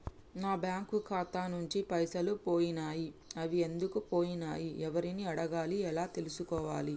నా బ్యాంకు ఖాతా నుంచి పైసలు పోయినయ్ అవి ఎందుకు పోయినయ్ ఎవరిని అడగాలి ఎలా తెలుసుకోవాలి?